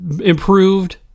improved